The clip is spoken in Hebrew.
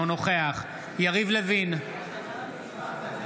אינו נוכח יריב לוין,